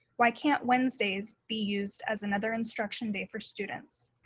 why can't wednesdays be used as another instruction day for students?